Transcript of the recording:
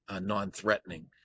non-threatening